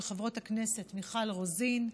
של חברות הכנסת מיכל רוזין,